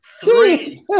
three